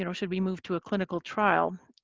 you know should we move to a clinical trial.